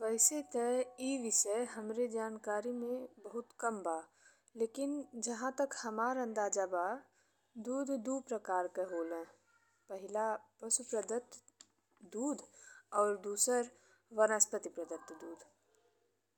वइसे ते ई विषय हमरे जानकारी में बहुत कम बा लेकिन जहाँ तक हमरा अंदाज बा दूध दू प्रकार के होला। पहिला पशु प्रदत्त दूध और दूसरा वनस्पति प्रदत्त दूध।